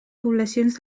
poblacions